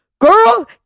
girl